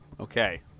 Okay